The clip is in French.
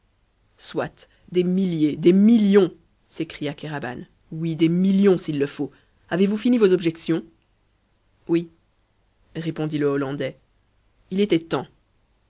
soit des milliers des millions s'écria kéraban oui des millions s'il le faut avez-vous fini vos objections oui répondit le hollandais il était temps